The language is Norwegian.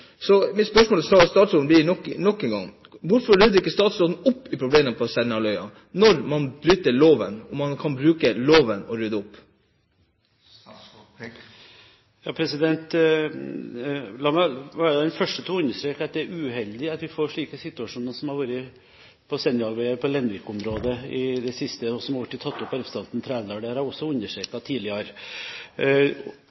Så bøndene er fortvilte, og de føler seg sviktet av statsråden. Mitt spørsmål til statsråden blir nok en gang: Hvorfor rydder ikke statsråden opp i problemene på Senja når man bryter loven, og man kan bruke loven for å rydde opp? La meg være den første til å understreke at det er uheldig at vi får slike situasjoner som har vært på Senja og på Lenvik-halvøya i det siste, og som har vært tatt opp av representanten Trældal. Det har jeg